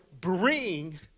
bring